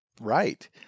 Right